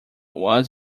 was